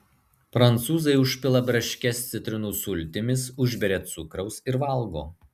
prancūzai užpila braškes citrinų sultimis užberia cukraus ir valgo